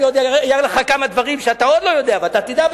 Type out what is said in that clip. אני עוד אראה לך כמה דברים שאתה עוד לא יודע ואתה תדע,